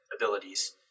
abilities